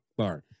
Sorry